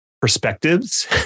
perspectives